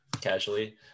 casually